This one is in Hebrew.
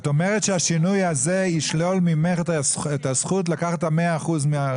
את אומרת שהשינוי הזה ישלול ממך את הזכות לקחת את ה-100 אחוזים מהרשות.